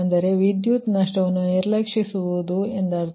ಅಂದರೆ ವಿದ್ಯುತ್ ನಷ್ಟವನ್ನು ನಿರ್ಲಕ್ಷಿಸುವುದು ಎಂದರ್ಥ